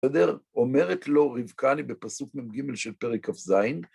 בסדר? אומרת לו רבקה, אני בפסוק מ"ג של פרק כ"ז,